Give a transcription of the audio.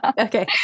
okay